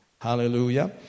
Hallelujah